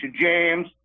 James